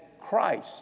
Christ